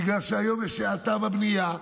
בגלל שהיום יש האטה בבנייה.